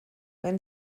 wenn